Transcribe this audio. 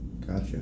gotcha